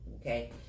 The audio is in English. okay